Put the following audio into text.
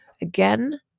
Again